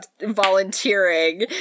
volunteering